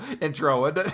intro